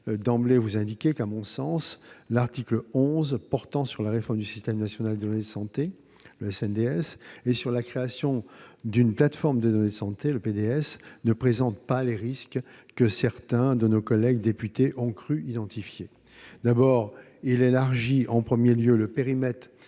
d'emblée indiquer que, à mon sens, l'article 11, portant sur la réforme du système national des données de santé, le SNDS, et sur la création d'une plateforme des données de santé, la PDS, ne présente pas les risques que certains de nos collègues députés ont cru identifier. D'abord, il élargit le périmètre